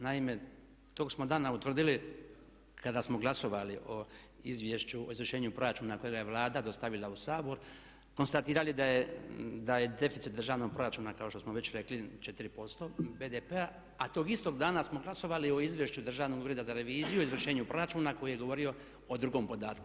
Naime, tog smo dana utvrdili kada smo glasali o Izvješću o izvršenju proračuna kojega je Vlada dostavila u Sabor konstatirali da je deficit državnog proračuna kao što smo već rekli 4% BDP-a a tog istog dana smo glasovali o Izvješću Državnog ureda za reviziju o izvršenju proračuna koji je govorio o drugom podatku.